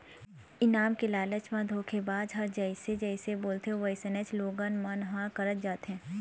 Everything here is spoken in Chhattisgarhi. इनाम के लालच म धोखेबाज ह जइसे जइसे बोलथे वइसने लोगन मन करत जाथे